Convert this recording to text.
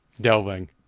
delving